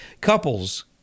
Couples